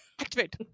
Activate